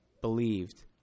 believed